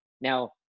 Now